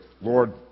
Lord